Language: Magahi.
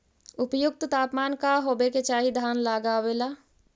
उपयुक्त तापमान का होबे के चाही धान लगावे ला?